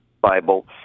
Bible